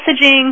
messaging